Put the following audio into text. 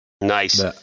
Nice